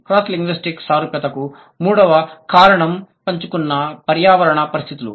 cross linguistic సారూప్యతకు మూడవ కారణం పంచుకున్న పర్యావరణ పరిస్థితులు